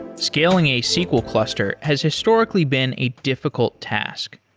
scaling a sql cluster has historically been a difficult task.